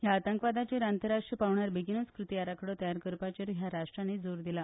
ह्या आतंकवादाचेर आंतरराष्ट्रीय पांवड्यार रोखडेच कृती आराखडो तयार करपाचेर ह्या राष्ट्रांनी भर दिला